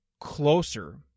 closer